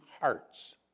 hearts